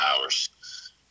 hours